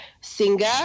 singer